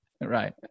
Right